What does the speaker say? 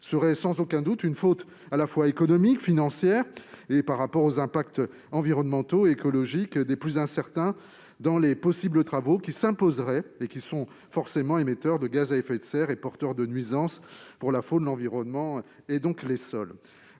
serait sans aucun doute une faute à la fois économique, financière et écologique au regard des impacts environnementaux des plus incertains des éventuels travaux qui s'imposeraient et qui seraient forcément émetteurs de gaz à effet de serre et porteurs de nuisances pour la faune, l'environnement et les sols.